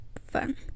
fun